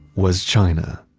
was china.